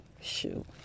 Shoot